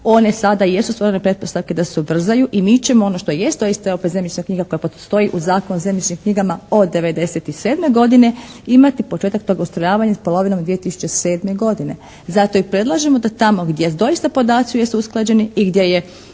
one sada jesu stvorene pretpostavke da se ubrzaju i mi ćemo ono što jest, to je ista opet zemljišna knjiga koja postoji u Zakonu o zemljišnim knjigama od '97. godine imati početak tog ustrojavanja s polovinom 2007. godine. Zato i predlažemo da tamo gdje doista podaci jesu usklađeni i gdje je